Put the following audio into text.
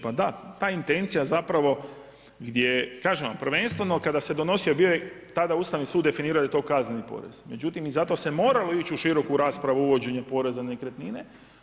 Pa da, ta intencija zapravo, gdje kažem vam prvenstveno kada se donosio, bo je tada Ustavni sud, definirao je to kaznenim … Međutim, zato se moralo ići u široku raspravu uvođenja poreza na nekretnine.